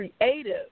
creative